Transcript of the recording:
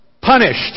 punished